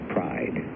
Pride